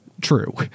true